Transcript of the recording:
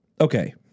Okay